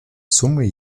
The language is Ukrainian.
суми